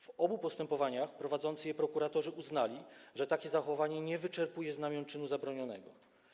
W obu postępowaniach prowadzący je prokuratorzy uznali, że takie zachowanie nie wyczerpuje znamion czynu zabronionego.